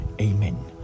Amen